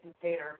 container